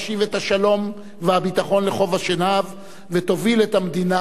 לחוף-השנהב ותוביל את המדינה לצמיחה ושגשוג.